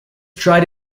tried